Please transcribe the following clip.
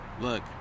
Look